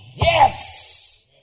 Yes